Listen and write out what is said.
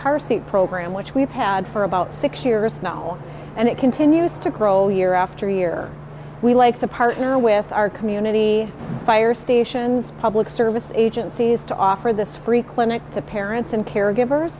car seat program which we have had for about six years now and it continues to grow year after year we like to partner with our community fire stations public service agencies to offer this free clinic to parents and caregivers